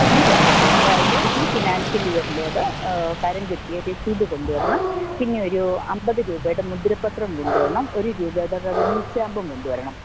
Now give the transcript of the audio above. ഈ വർഷത്തെ അതായത് ഈ ഫിനാൻഷ്യൽ ഇയറിലേത് കരം കെട്ടിയ രസീത് കൊണ്ടു വരണം പിന്നെ ഒരു അൻപത് രൂപയുടെ മുദ്രപ്പത്രം കൊണ്ടു വരണം ഒരു രൂപയുടെ റെവന്യൂ സ്റ്റാമ്പും കൊണ്ടു വരണം